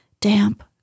damp